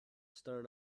stern